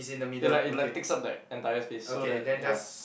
it like it like takes up that entire place so the ya